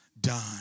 done